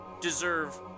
deserve